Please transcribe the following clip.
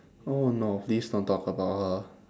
oh no please don't talk about her